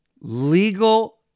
legal